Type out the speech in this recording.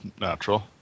natural